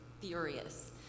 furious